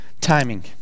timing